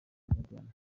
guardian